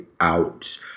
out